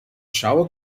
shower